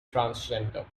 transgender